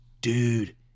Dude